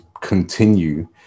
continue